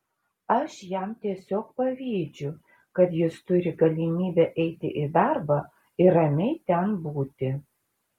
aš jam tiesiog pavydžiu kad jis turi galimybę eiti į darbą ir ramiai ten būti